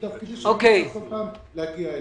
לא נצטרך כל פעם להגיע אליכם.